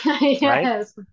yes